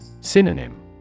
Synonym